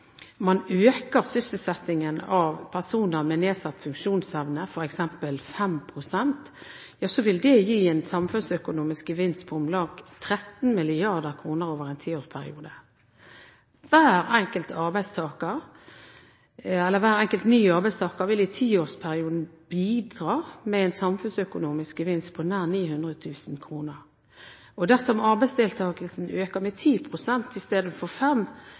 man øker sysselsettingen av personer med nedsatt funksjonsevne med f.eks. 5 pst., vil det gi en samfunnsøkonomisk gevinst på om lag 13 mrd. kr over en tiårsperiode. Hver enkelt ny arbeidstaker vil i tiårsperioden bidra med en samfunnsøkonomisk gevinst på nærmere 900 000 kr. Dersom arbeidsdeltakelsen øker med